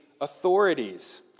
authorities